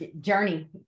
journey